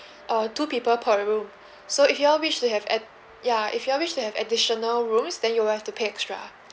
uh two people per room so if y'all wish to have ad~ ya if y'all wish to have additional rooms then you have to pay extra